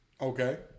Okay